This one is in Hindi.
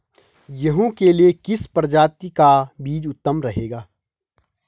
गेहूँ के लिए किस प्रजाति का बीज उत्तम रहेगा?